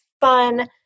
fun